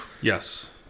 Yes